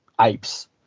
apes